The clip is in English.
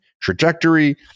trajectory